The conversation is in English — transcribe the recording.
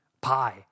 pie